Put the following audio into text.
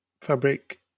fabric